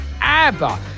Abba